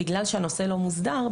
ובגלל שהנושא לא מוסדר,